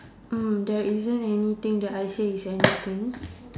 mm there isn't anything that I say is anything